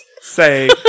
say